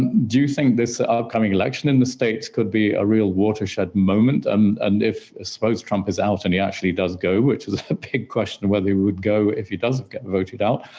do you think this upcoming election in the states could be a real watershed moment um and if suppose trump is out and he actually does go, which is a big question, whether he would go if he does get voted out,